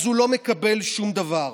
אז הוא לא מקבל שום דבר?